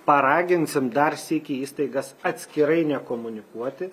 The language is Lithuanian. paraginsim dar sykį įstaigas atskirai nekomunikuoti